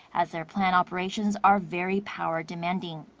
as their plant operations are very power-demanding.